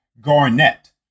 Garnett